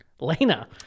Lena